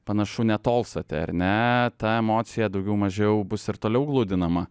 panašu netolstate ar ne ta emocija daugiau mažiau bus ir toliau gludinama